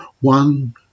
One